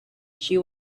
she